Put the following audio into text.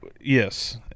yes